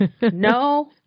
No